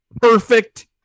perfect